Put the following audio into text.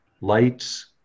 light's